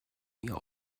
ihr